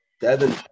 Devin